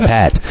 Pat